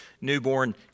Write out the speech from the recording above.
newborn